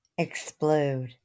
Explode